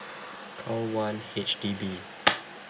call one H_D_B